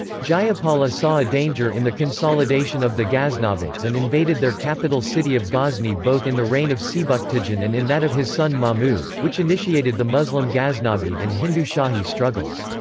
jayapala saw a danger in the consolidation of the ghaznavids and invaded their capital city of ghazni both in the reign of sebuktigin and in that of his son mahmud, which initiated the muslim ghaznavid and hindu shahi struggles.